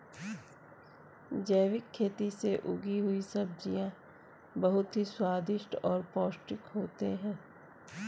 जैविक खेती से उगी हुई सब्जियां बहुत ही स्वादिष्ट और पौष्टिक होते हैं